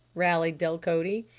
rallied delcote.